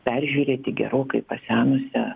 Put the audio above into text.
peržiūrėti gerokai pasenusią